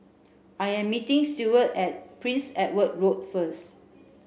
I am meeting Stewart at Prince Edward Road first